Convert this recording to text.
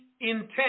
intent